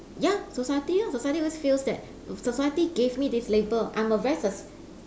ya society lah society always feels that society gave me this label I'm a very sus~